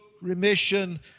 remission